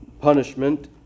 punishment